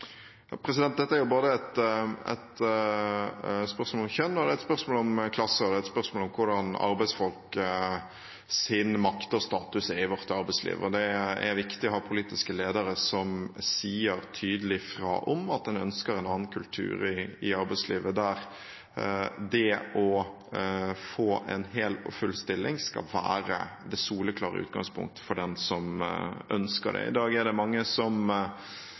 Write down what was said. Dette er både et spørsmål om kjønn og et spørsmål om klasse og om hvordan arbeidsfolks makt og status er i vårt arbeidsliv. Det er viktig å ha politiske ledere som sier tydelig fra om at en ønsker en annen kultur i arbeidslivet, der det å få en hel og full stilling skal være det soleklare utgangspunktet for den som ønsker det. I dag er det mange som